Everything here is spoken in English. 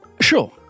Sure